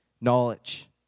knowledge